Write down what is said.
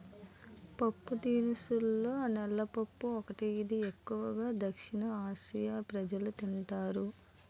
పప్పుదినుసుల్లో నల్ల పప్పు ఒకటి, ఇది ఎక్కువు గా దక్షిణఆసియా ప్రజలు తింటారు